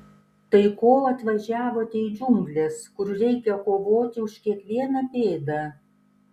tai ko atvažiavote į džiungles kur reikia kovoti už kiekvieną pėdą